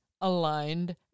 aligned